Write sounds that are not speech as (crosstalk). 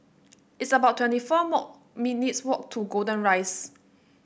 it's about twenty four (unintelligible) minutes' walk to Golden Rise